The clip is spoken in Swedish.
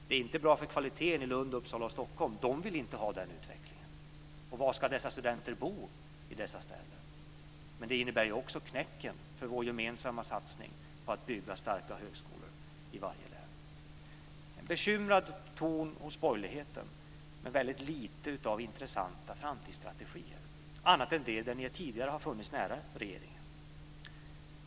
Det vore inte bra för kvaliteten i Uppsala, Lund och Stockholm. Universiteten där vill inte ha den utvecklingen. Och var ska dessa studenter bo? Det skulle också ta knäcken på vår gemensamma satsning på att bygga starka högskolor i varje län. Det finns alltså en bekymrad ton hos borgerligheten, men väldigt lite av intressanta framtidsstrategier, inte annat än det redan tidigare har legat nära regeringens förslag.